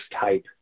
type